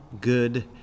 good